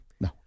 No